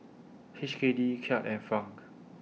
H K D Kyat and Franc